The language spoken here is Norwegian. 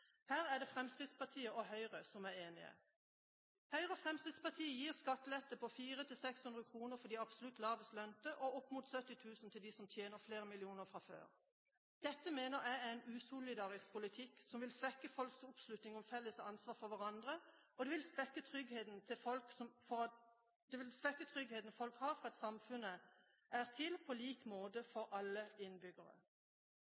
Her er det Fremskrittspartiet og Høyre som er enige. Høyre og Fremskrittspartiet gir skattelette på 400–600 kr for de absolutt lavest lønte og opp mot 70 000 kr til dem som tjener flere millioner fra før. Dette mener jeg er en usolidarisk politikk som vil svekke folks oppslutning om felles ansvar for hverandre, og som vil svekke tryggheten folk har for at samfunnet er til på lik måte for alle innbyggere. Representanten Røe Isaksen sa at